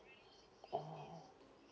oh